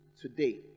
today